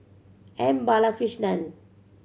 M Balakrishnan